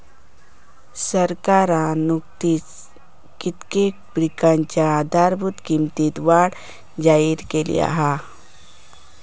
सरकारना नुकतीच कित्येक पिकांच्या आधारभूत किंमतीत वाढ जाहिर केली हा